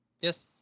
Yes